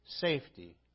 safety